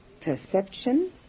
perception